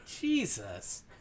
Jesus